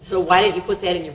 so why did you put that in your